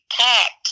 packed